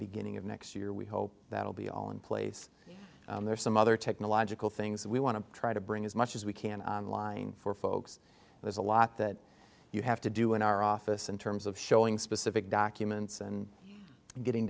beginning of next year we hope that will be all in place there are some other technological things we want to try to bring as much as we can line for folks there's a lot that you have to do in our office in terms of showing specific documents and getting